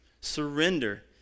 Surrender